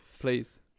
please